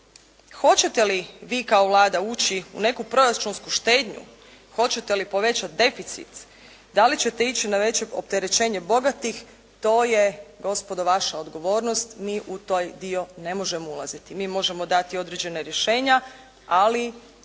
hoćete li vi kao Vlada ući u neku proračunsku štednju, hoćete li povećati deficit, da li ćete ići na veće opterećenje bogatih to je gospodo vaša odgovornost. Mi u taj dio ne možemo ulaziti. Mi možemo dati određena rješenja, ali,